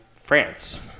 France